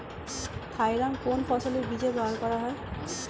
Thiram কোন ফসলের বীজে ব্যবহার করা হয়?